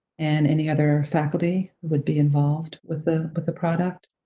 and any other faculty would be involved with the but the product.